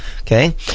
Okay